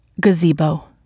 Gazebo